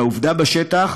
והעובדה בשטח: